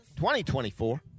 2024